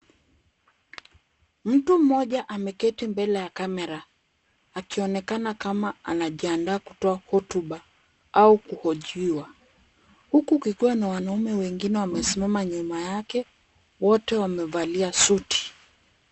Mtu mmoja ameketi mbele ya kamera, akionekana kama anajiandaa kutoa hotuba au kuhojiwa, huku kukiwa na wanaume wengine wamesimama nyuma yake, wote wamevalia suti.